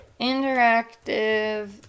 interactive